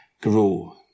grow